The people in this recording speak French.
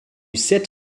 sept